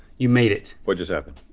you made it. what just happened?